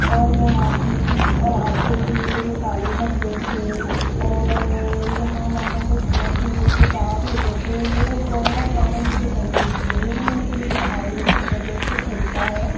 और मुहासे और आँखों के नीचे जो काले धब्बे थे और यहाँ वहाँ जो पिम्पल के दाग हो गए थे वह बहुत ज़्यादा मुझे गंदे दिखते थे तो मैंने यह जो आयुर्वेदिक प्रोडक्ट ख़रीदा है